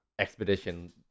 expedition